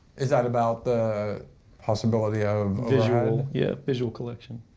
is that about the possibility of. visual. yeah, visual collection.